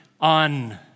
On